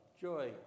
joy